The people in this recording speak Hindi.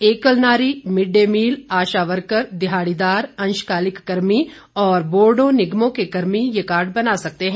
एकल नारी mid day meal ASHA worker दिहाड़ीदार अंशकालिक कर्मी व बोर्डो निगमों के कर्मी ये कार्ड बना सकते है